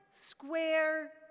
square